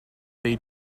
they